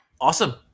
awesome